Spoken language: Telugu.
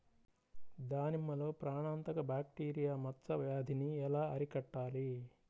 దానిమ్మలో ప్రాణాంతక బ్యాక్టీరియా మచ్చ వ్యాధినీ ఎలా అరికట్టాలి?